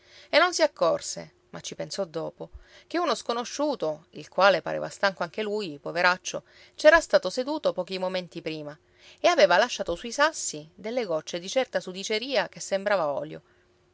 e non si accorse ma ci pensò dopo che uno sconosciuto il quale pareva stanco anche lui poveraccio c'era stato seduto pochi momenti prima e aveva lasciato sui sassi delle gocce di certa sudiceria che sembrava olio